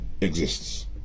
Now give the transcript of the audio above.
exists